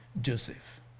Joseph